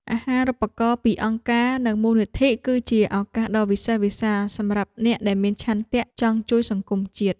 អាហារូបករណ៍ពីអង្គការនិងមូលនិធិ គឺជាឱកាសដ៏វិសេសវិសាលសម្រាប់អ្នកដែលមានឆន្ទៈចង់ជួយសង្គមជាតិ។